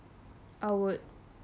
I would